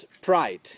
pride